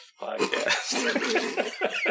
podcast